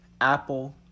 Apple